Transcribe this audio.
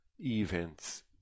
events